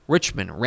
Richmond